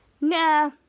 nah